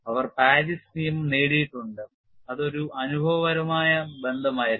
അവർ Paris നിയമം നേടിയിട്ടുണ്ട് അത് ഒരു അനുഭവപരമായ ബന്ധമായിരുന്നു